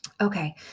Okay